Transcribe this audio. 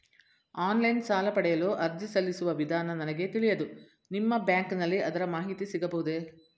Online ಸಾಲ ಪಡೆಯಲು ಅರ್ಜಿ ಸಲ್ಲಿಸುವ ವಿಧಾನ ನನಗೆ ತಿಳಿಯದು ನಿಮ್ಮ ಬ್ಯಾಂಕಿನಲ್ಲಿ ಅದರ ಮಾಹಿತಿ ಸಿಗಬಹುದೇ?